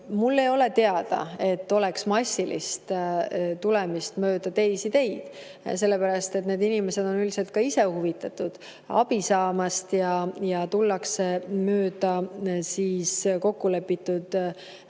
Mulle ei ole teada, et oleks massilist tulemist mööda teisi teid, sellepärast et need inimesed on üldiselt ka ise huvitatud abi saamisest ja tullakse mööda kokkulepitud kanaleid.